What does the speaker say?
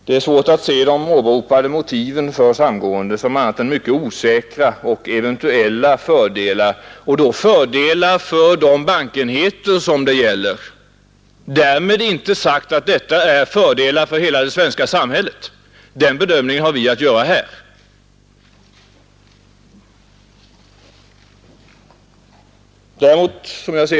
Det är svårt att se de åberopade motiven för samgående som annat än mycket osäkra och eventuella fördelar — och då fördelar för de bankenheter som det gäller. Därmed är inte sagt att detta är fördelar för hela det svenska samhället; den bedömningen har vi att göra här.